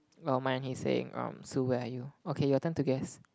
oh mine he's saying um Sue where are you okay your turn to guess